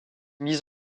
mis